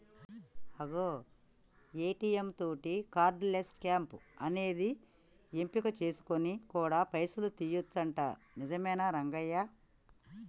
అగో ఏ.టీ.యం తోటి cardless cash అనేది ఎంపిక చేసుకొని కూడా పైసలు తీయొచ్చునంట నిజమేనా రంగయ్య